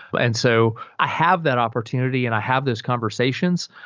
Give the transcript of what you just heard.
and so i have that opportunity and i have these conversations.